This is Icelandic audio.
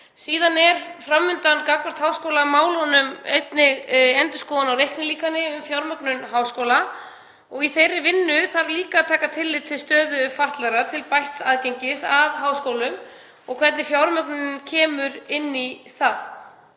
Síðan er einnig fram undan í háskólamálunum endurskoðun á reiknilíkani um fjármögnun háskóla og í þeirri vinnu þarf líka að taka tillit til stöðu fatlaðra til bætts aðgengis að háskólum og hvernig fjármögnunin kemur inn í það.